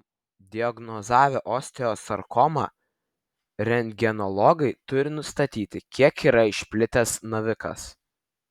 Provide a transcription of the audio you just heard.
diagnozavę osteosarkomą rentgenologai turi nustatyti kiek yra išplitęs navikas